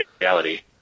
reality